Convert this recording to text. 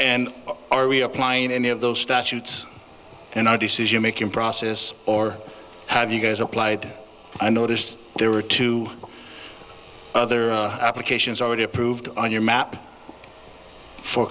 and are we applying any of those statutes and our decision making process or have you guys applied i noticed there were two other applications already approved on your map for